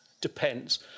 depends